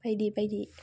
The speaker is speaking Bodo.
बायदि बायदि